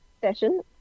session